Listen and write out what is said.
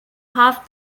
half